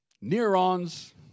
neurons